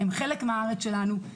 הם חלק מהארץ שלנו.